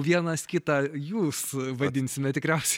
vienas kitą jūs vadinsime tikriausiai